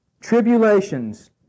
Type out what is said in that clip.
Tribulations